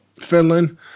Finland